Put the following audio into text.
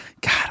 God